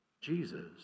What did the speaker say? Jesus